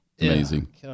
Amazing